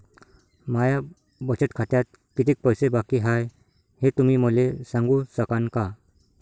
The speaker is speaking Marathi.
माया बचत खात्यात कितीक पैसे बाकी हाय, हे तुम्ही मले सांगू सकानं का?